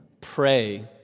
pray